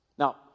Now